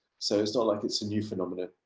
so it's not like it's a new phenomenon.